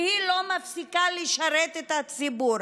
והיא לא מפסיקה לשרת את הציבור.